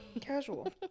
Casual